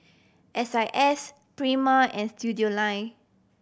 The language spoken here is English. S I S Prima and Studioline